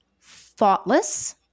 thoughtless